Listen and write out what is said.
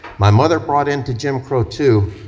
my mother bought into jim crow, too,